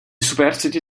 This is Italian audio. superstiti